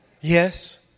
Yes